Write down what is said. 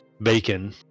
bacon